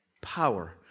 power